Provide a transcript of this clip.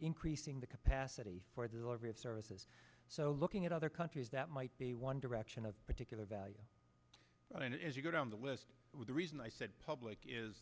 increasing the capacity for the luxury of services so looking at other country that might be one direction a particular value as you go down the list the reason i said public is